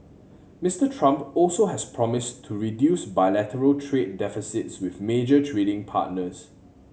Mister Trump also has promised to reduce bilateral trade deficits with major trading partners